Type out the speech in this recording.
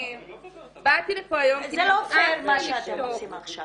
זה לא פייר מה שאתם עושים עכשיו.